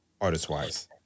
artist-wise